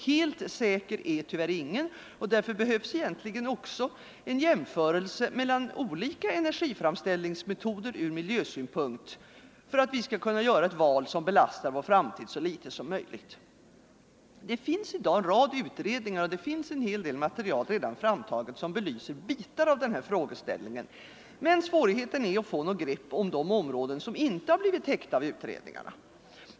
Helt säker är tyvärr ingen, och därför behövs egentligen också en jämförelse mellan olika energiframställningsmetoder, ur miljösynpunkt, för att vi skall kunna göra ett val som belastar vår framtid så litet som möjligt. Det finns i dag en rad utredningar och det finns en hel del redan framtaget material som belyser bitar av frågeställningen. Men svårigheten är att få något grepp om de områden som inte har blivit täckta av utredningarna.